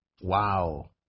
Wow